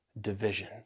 division